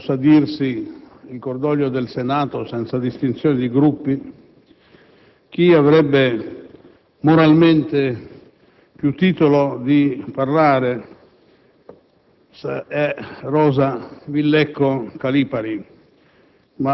il cordoglio del Gruppo dell'Ulivo, ma credo possa dirsi il cordoglio del Senato, senza distinzione di Gruppi. Chi avrebbe moralmente più titolo a parlare